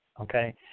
okay